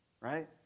right